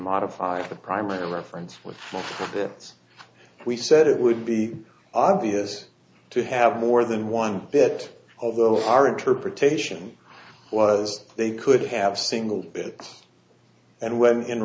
modify the primary reference with pets we said it would be obvious to have more than one bit although our interpretation was they could have single it and when in